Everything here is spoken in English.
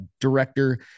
Director